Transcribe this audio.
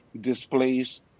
displaced